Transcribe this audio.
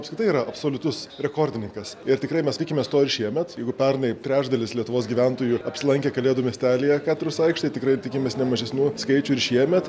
apskritai yra absoliutus rekordininkas ir tikrai mes tikimės to ir šiemet jeigu pernai trečdalis lietuvos gyventojų apsilankė kalėdų miestelyje katedros aikštėje tikrai tikimės ne mažesnių skaičių ir šiemet